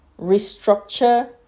restructure